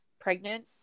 pregnant